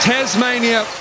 Tasmania